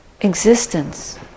existence